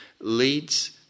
leads